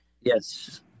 yes